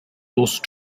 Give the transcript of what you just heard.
those